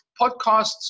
podcasts